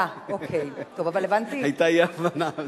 היתה אי-הבנה.